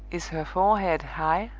is her forehead high,